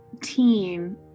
team